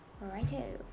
Righto